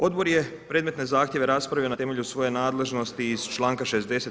Odbor je predmetne zahtjeve raspravio na temelju svoje nadležnosti iz čl. 60.